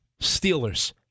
Steelers